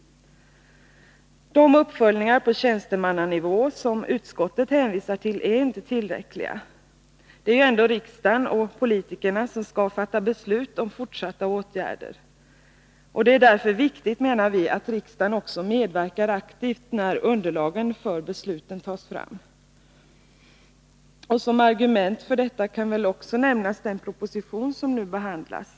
De uppföljningar på tjänstemannanivå som utskottet hänvisar till är inte tillräckliga. Det är ju ändå riksdagen och politikerna som skall fatta beslut om fortsatta åtgärder. Det är därför viktigt att riksdagen också medverkar aktivt när underlaget för besluten tas fram. Som argument för detta kan också nämnas den proposition som nu behandlas.